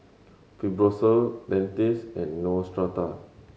Fibrosol Dentiste and Neostrata